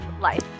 life